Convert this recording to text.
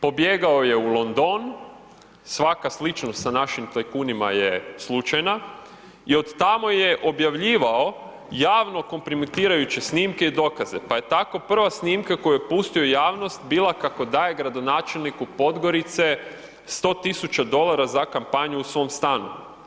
Pobjegao je u London, svaka sličnost sa našim tajkunima je slučajna i od tamo je objavljivao javno kompromitirajuće snimke i dokaze, pa je tako prva snimka koju je pustio u javnost bila kako daje gradonačelniku Podgorice 100 tisuća dolara za kampanju u svom stanu.